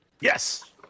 yes